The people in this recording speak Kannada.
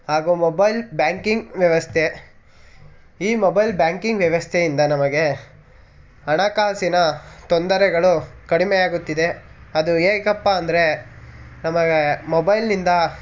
ಹಾಗೂ ಮೊಬೈಲ್ ಬ್ಯಾಂಕಿಂಗ್ ವ್ಯವಸ್ಥೆ ಈ ಮೊಬೈಲ್ ಬ್ಯಾಂಕಿಂಗ್ ವ್ಯವಸ್ಥೆಯಿಂದ ನಮಗೆ ಹಣಕಾಸಿನ ತೊಂದರೆಗಳು ಕಡಿಮೆ ಆಗುತ್ತಿದೆ ಅದು ಹೇಗಪ್ಪ ಅಂದರೆ ನಮಗೆ ಮೊಬೈಲ್ನಿಂದ